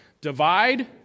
divide